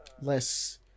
less